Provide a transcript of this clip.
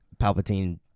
Palpatine